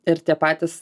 ir tie patys